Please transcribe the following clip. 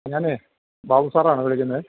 ഞാൻ ബാബു സാറാണ് വിളിക്കുന്നത്